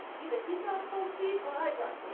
either he got cold feet, or i got cold